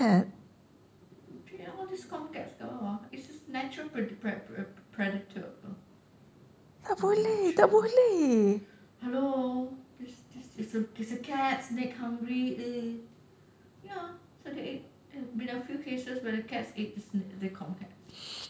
ya all these com cats kat bawah it's the natural predator apa natural hello this is a cats snake hungry ya so they ate been a few cases where the cats ate the snakes is it com cat